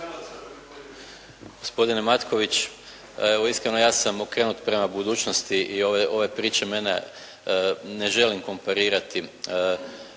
Gospodine Matković, evo iskreno ja sam okrenut prema budućnosti i ove priče mene, ne želim komparirati.